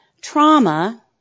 trauma